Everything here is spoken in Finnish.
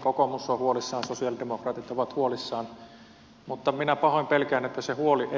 kokoomus on huolissaan sosiaalidemokraatit ovat huolissaan mutta minä pahoin pelkään että se huoli